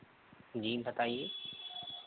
जी बताइये